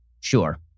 sure